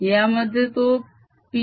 यामध्ये तो P